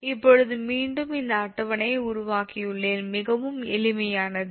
இப்போது மீண்டும் இந்த அட்டவணையை உருவாக்கியுள்ளேன் மிகவும் எளிதானது எளிதானது